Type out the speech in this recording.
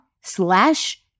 slash